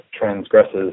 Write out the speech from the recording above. transgresses